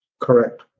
Correct